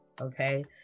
okay